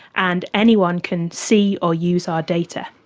and anyone can see or use our data.